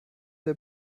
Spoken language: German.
der